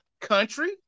country